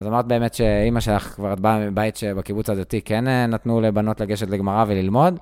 אז אמרת באמת, שאימא שלך כבר באה מבית שבקיבוץ הדתי כן נתנו לבנות לגשת לגמרא וללמוד.